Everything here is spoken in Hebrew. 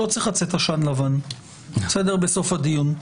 לא צריך לצאת "עשן לבן" בסוף הדיון.